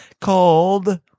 called